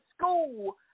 school